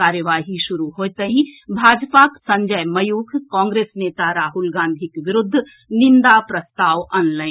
कार्यवाही शुरू होइतहि भाजपाक संजय मयूख कांग्रेस नेता राहुल गांधीक विरूद्ध निंदा प्रस्ताव अनलनि